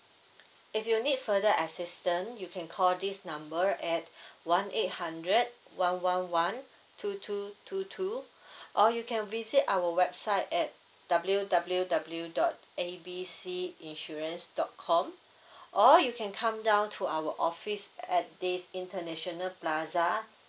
if you need for the assistant you can call this number at one eight hundred one one one two two two two or you can visit our website at W W W dot A B C insurance dot com or you can come down to our office at this international plaza